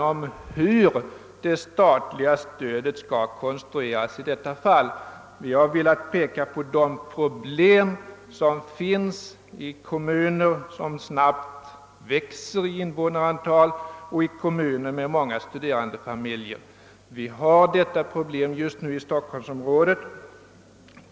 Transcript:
Vi har velat påpeka de' svårigheter att ordna barntillsynen som möter i kommuner med snabbt växande invånarantal och med många studerandefamiljer. Man har just nu ett sådant problem i Stockholmsområdet.